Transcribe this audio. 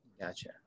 gotcha